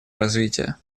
развития